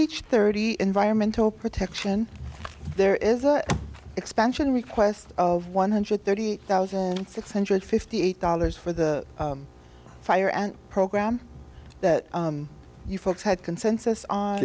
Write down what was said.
peach thirty environmental protection there is an expansion request of one hundred thirty thousand six hundred fifty eight dollars for the fire and program that you folks had con